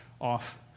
off